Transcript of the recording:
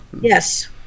yes